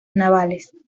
navales